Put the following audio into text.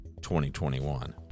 2021